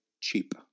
cheap